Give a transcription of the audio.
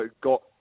got